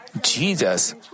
Jesus